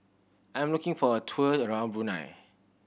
I'm looking for a tour around Brunei